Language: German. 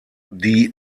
die